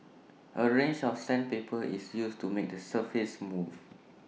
A range of sandpaper is used to make the surface smooth